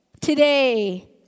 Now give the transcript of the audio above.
Today